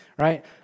Right